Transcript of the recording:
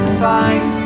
fine